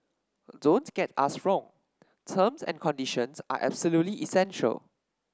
don't get us wrong terms and conditions are absolutely essential